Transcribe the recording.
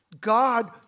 God